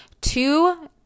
two